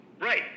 Right